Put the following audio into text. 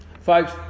Folks